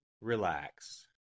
relax